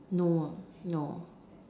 no no